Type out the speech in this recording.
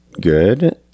Good